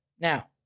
Now